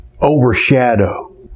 overshadow